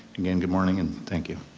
and and good morning and thank you.